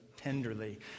tenderly